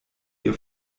ihr